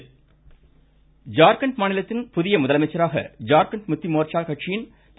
ஐா்கண்ட் ஜார்கண்ட் மாநிலத்தின் புதிய முதலமைச்சராக ஜார்கண்ட் முக்தி மோர்சா கட்சியின் திரு